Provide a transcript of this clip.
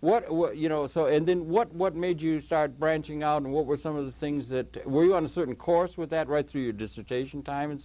what you know so and then what what made you start branching out and what were some of the things that were you on a certain course with that right through your dissertation time and